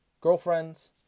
girlfriends